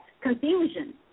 Confusion